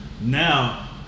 Now